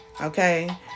okay